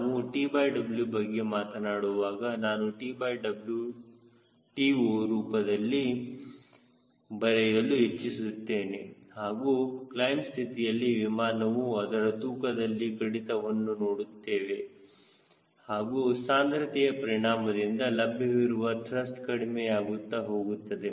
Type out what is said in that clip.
ನಾವು TW ಬಗ್ಗೆ ಮಾತನಾಡುವಾಗ ನಾನು TWTO ರೂಪದಲ್ಲಿ ಬರೆಯಲು ಇಚ್ಛಿಸುತ್ತೇನೆಹಾಗೂ ಕ್ಲೈಮ್ ಸ್ಥಿತಿಯಲ್ಲಿ ವಿಮಾನವು ಅದರ ತೂಕದಲ್ಲಿ ಕಡಿತವನ್ನು ನೋಡುತ್ತದೆ ಹಾಗೂ ಸಾಂದ್ರತೆಯ ಪರಿಣಾಮದಿಂದ ಲಭ್ಯವಿರುವ ತ್ರಸ್ಟ್ ಕಡಿಮೆಯಾಗುತ್ತ ಹೋಗುತ್ತದೆ